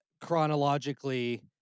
chronologically